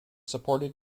supported